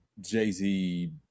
Jay-Z